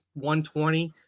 120